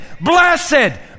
blessed